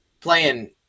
playing